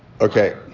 Okay